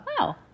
Wow